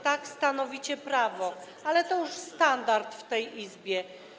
Tak stanowicie prawo, ale to już standard w tej Izbie.